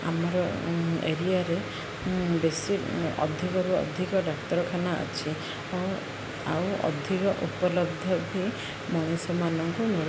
ଆମର ଏରିଆରେ ବେଶୀ ଅଧିକରୁ ଅଧିକ ଡାକ୍ତରଖାନା ଅଛି ଆଉ ଅଧିକ ଉପଲବ୍ଧ ବି ମଣିଷ ମାନଙ୍କୁ